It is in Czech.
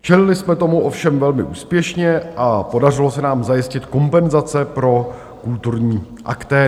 Čelili jsme tomu ovšem velmi úspěšně a podařilo se nám zajistit kompenzace pro kulturní aktéry.